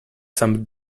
some